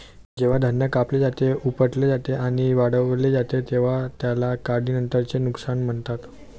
जेव्हा धान्य कापले जाते, उपटले जाते आणि वाळवले जाते तेव्हा त्याला काढणीनंतरचे नुकसान म्हणतात